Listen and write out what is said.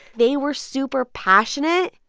they were super passionate.